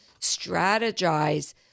strategize